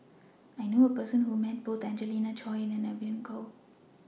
I knew A Person Who has Met Both Angelina Choy and Evon Kow